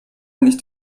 nicht